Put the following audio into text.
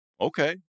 Okay